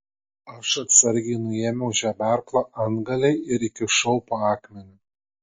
aš atsargiai nuėmiau žeberklo antgalį ir įkišau po akmeniu